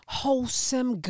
wholesome